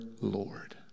Lord